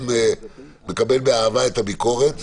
גם מקבל באהבה את הביקורת.